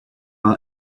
our